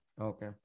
Okay